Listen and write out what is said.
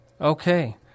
Okay